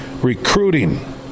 Recruiting